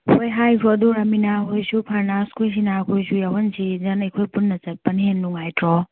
ꯍꯣꯏ ꯍꯥꯏꯈ꯭ꯔꯣ ꯑꯗꯨ ꯔꯃꯤꯅꯥ ꯍꯣꯏꯁꯨ ꯐꯔꯅꯥꯁ ꯈꯣꯏ ꯁꯤꯅꯥ ꯈꯣꯏꯁꯨ ꯌꯥꯎꯍꯟꯁꯤꯅ ꯑꯩꯈꯣꯏ ꯄꯨꯟꯅ ꯆꯠꯄꯅ ꯍꯦꯟꯅ ꯅꯨꯡꯉꯥꯏꯇ꯭ꯔꯣ